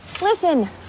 Listen